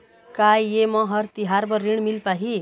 का ये म हर तिहार बर ऋण मिल पाही?